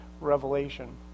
revelation